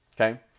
okay